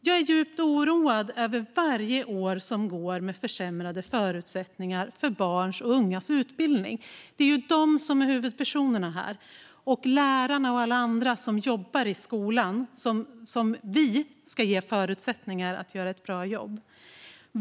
Jag är djupt oroad över varje år som går med försämrade förutsättningar för barns och ungas utbildning. Det är de som är huvudpersonerna här liksom lärare och alla andra som jobbar i skolan och som vi ska ge förutsättningar att göra ett bra jobb.